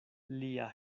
lia